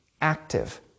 active